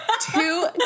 two